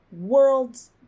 world's